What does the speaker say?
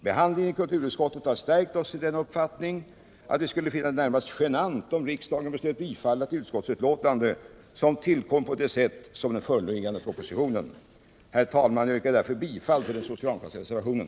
Behandlingen i kulturutskottet har stärkt oss i denna uppfattning och vi skulle finna det närmast genant om riksdagen beslöt bifalla ett utskottsbetänkande som tillkommit på det sätt som nu skett med den föreliggande propositionen. Herr talman! Jag yrkar bifall till den socialdemokratiska reservationen.